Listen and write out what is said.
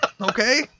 okay